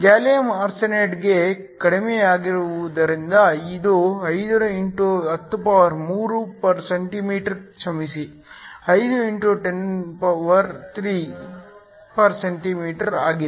gallium ಆರ್ಸೆನೈಡ್ಗಾಗಿ ಕಡಿಮೆಯಾಗಿರುವುದರಿಂದ ಇದು 5 x 103 cm 1 ಕ್ಷಮಿಸಿ 5 x 103 cm 1 ಆಗಿದೆ